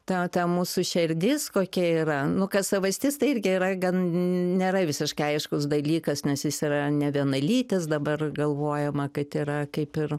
ta ta mūsų širdis kokia yra nu kad savastis tai irgi yra gan nėra visiškai aiškus dalykas nes jis yra nevienalytis dabar galvojama kad yra kaip ir